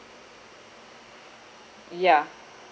ya